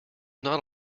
not